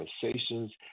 conversations